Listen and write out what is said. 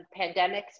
pandemics